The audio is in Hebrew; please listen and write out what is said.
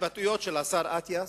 ההתבטאויות של השר אטיאס,